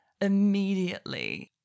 immediately